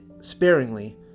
sparingly